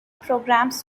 programs